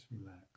relax